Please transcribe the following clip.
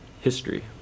history